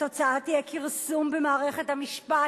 התוצאה תהיה כרסום במערכת המשפט.